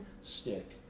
stick